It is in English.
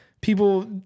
people